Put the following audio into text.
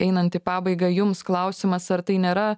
einant į pabaigą jums klausimas ar tai nėra